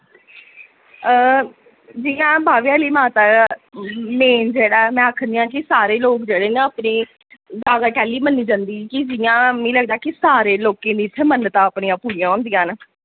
जि'यां बावे आह्ली माता मेन जेह्ड़ा में आखनियां कि सारे लोक जेह्ड़े ना अपनी माता कैली मन्नी जन्दी कि जि'यां मि लगदा कि सारे लोकें दी इत्थे मन्नतां अपनियां पूरियां होंदियां न